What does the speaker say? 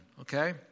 okay